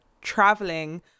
traveling